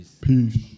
Peace